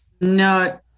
No